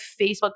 Facebook